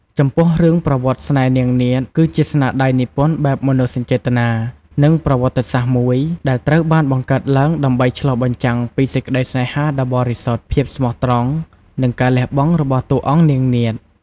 ចំពោះរឿងប្រវត្តិស្នេហ៍នាងនាថគឺជាស្នាដៃនិពន្ធបែបមនោសញ្ចេតនា និងប្រវត្តិសាស្ត្រមួយ ដែលត្រូវបានបង្កើតឡើងដើម្បីឆ្លុះបញ្ចាំងពីសេចក្តីស្នេហាដ៏បរិសុទ្ធ ភាពស្មោះត្រង់ និងការលះបង់របស់តួអង្គនាងនាថ ។